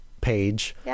Page